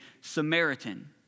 Samaritan